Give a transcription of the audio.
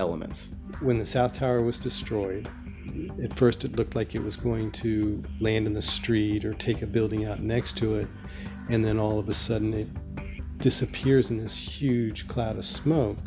elements when the south tower was destroyed it first it looked like it was going to land in the street or take a building out next to it and then all of the sudden it disappears in this huge cloud of smoke